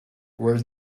where